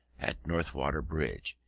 at northwater bridge,